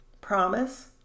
promise